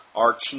RT